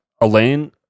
elaine